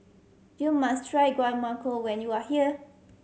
you must try Guacamole when you are here